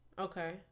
Okay